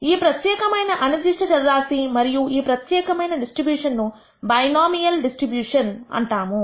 ఈ ప్రత్యేకమైన అనిర్దిష్ట చరరాశి మరియు ఈ ప్రత్యేకమైన డిస్ట్రిబ్యూషన్ ను బైనామియల్ డిస్ట్రిబ్యూషన్ అంటాము